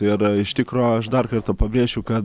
ir iš tikro aš dar kartą pabrėšiu kad